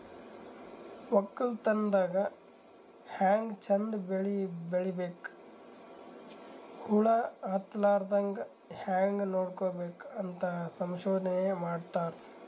ವಕ್ಕಲತನ್ ದಾಗ್ ಹ್ಯಾಂಗ್ ಚಂದ್ ಬೆಳಿ ಬೆಳಿಬೇಕ್, ಹುಳ ಹತ್ತಲಾರದಂಗ್ ಹ್ಯಾಂಗ್ ನೋಡ್ಕೋಬೇಕ್ ಅಂತ್ ಸಂಶೋಧನೆ ಮಾಡ್ತಾರ್